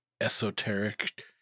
esoteric